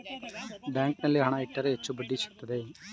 ಬ್ಯಾಂಕಿನಲ್ಲಿ ಹಣ ಇಟ್ಟರೆ ಹೆಚ್ಚು ಬಡ್ಡಿ ಸಿಗುತ್ತದೆ